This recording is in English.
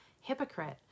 Hypocrite